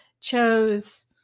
Chose